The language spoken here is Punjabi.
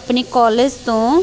ਆਪਣੇ ਕੋਲਜ ਤੋਂ